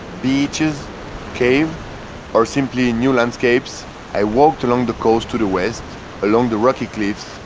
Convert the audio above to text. beaches cave or simply and new landscapes i walked along the coast to the west along the rocky cliffs,